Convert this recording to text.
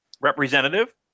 representative